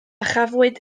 chafwyd